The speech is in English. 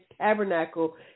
tabernacle